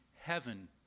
heaven